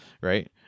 right